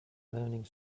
learning